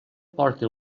porti